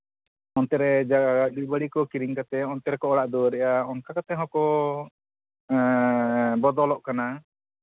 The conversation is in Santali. ᱚᱱᱛᱮ ᱨᱮ ᱵᱤᱨ ᱵᱟᱹᱲᱤ ᱠᱚ ᱠᱤᱨᱤᱧ ᱠᱟᱛᱮᱫ ᱚᱱᱛᱮ ᱨᱮᱠᱚ ᱚᱲᱟᱜ ᱫᱩᱣᱟᱹᱨᱮᱫᱼᱟ ᱚᱱᱠᱟ ᱠᱟᱛᱮᱫ ᱦᱚᱸᱠᱚ ᱵᱚᱫᱚᱞᱚᱜ ᱠᱟᱱᱟ